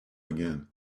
again